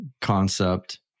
concept